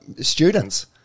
students